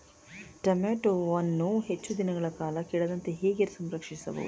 ಟೋಮ್ಯಾಟೋವನ್ನು ಹೆಚ್ಚು ದಿನಗಳ ಕಾಲ ಕೆಡದಂತೆ ಹೇಗೆ ಸಂರಕ್ಷಿಸಬಹುದು?